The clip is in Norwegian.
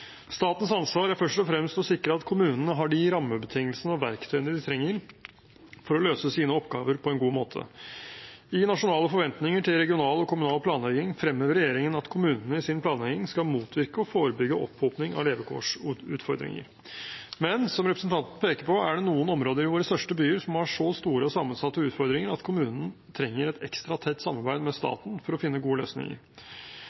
Statens ansvar er først og fremst å sikre at kommunene har de rammebetingelsene og verktøyene de trenger for å løse sine oppgaver på en god måte. I «Nasjonale forventninger til regional og kommunal planlegging» fremhever regjeringen at kommunene i sin planlegging skal motvirke og forebygge opphoping av levekårsutfordringer. Men som representanten peker på, er det noen områder i våre største byer som har så store og sammensatte utfordringer at kommunen trenger et ekstra tett samarbeid med